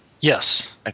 Yes